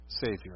Savior